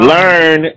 Learn